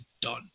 done